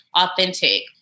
authentic